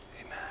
Amen